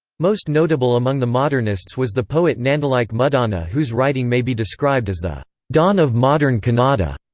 most notable among the modernists was the poet nandalike muddana whose writing may be described as the dawn of modern kannada,